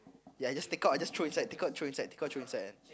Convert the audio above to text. ya I just take out I just throw inside take out throw inside take out throw inside